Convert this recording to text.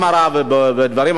ובדברים אחרים,